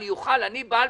אני בעל